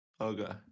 Okay